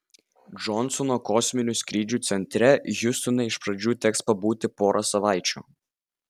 džonsono kosminių skrydžių centre hjustone iš pradžių teks pabūti porą savaičių